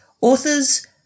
authors